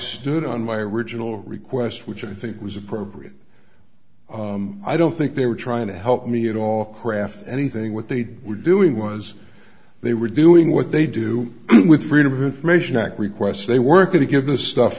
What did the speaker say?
stood on my original request which i think was appropriate i don't think they were trying to help me at all craft anything what they did were doing was they were doing what they do with freedom of information act request they were going to give this stuff